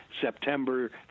September